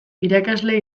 irakasle